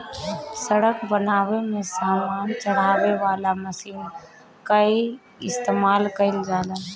सड़क बनावे में सामान चढ़ावे वाला मशीन कअ इस्तेमाल कइल जाला